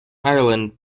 ireland